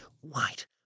white